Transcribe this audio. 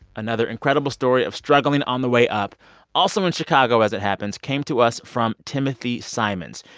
another incredible story of struggling on the way up also in chicago, as it happens came to us from timothy simons.